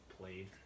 played